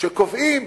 שקובעים